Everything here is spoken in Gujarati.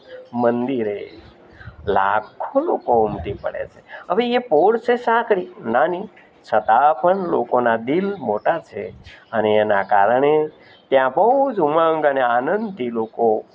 મંદિરે લાખો લોકો ઉમટી પડે છે હવે એ પોળ છે સાંકડી નાની છતાં પણ લોકોના દિલ મોટાં છે અને એનાં કારણે ત્યાં બહુ જ ઉમંગ અને આનંદથી લોકો